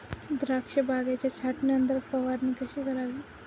द्राक्ष बागेच्या छाटणीनंतर फवारणी कशी करावी?